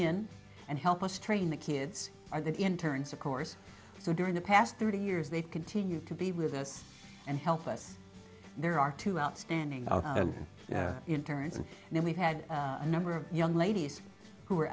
in and help us train the kids are the interns of course so during the past thirty years they've continued to be with us and help us there are two outstanding turns and then we've had a number of young ladies who are